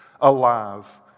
alive